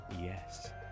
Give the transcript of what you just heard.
Yes